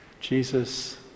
Jesus